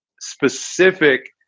specific